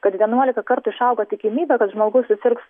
kad vienuolika kartų išauga tikimybė kad žmogus susirgs